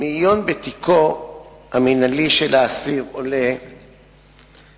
ביום כ"ד בחשוון התש"ע (11 בנובמבר